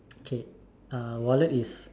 K uh wallet is